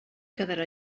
quedarà